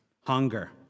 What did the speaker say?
hunger